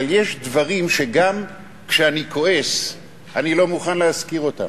אבל יש דברים שגם כשאני כועס אני לא מוכן להזכיר אותם.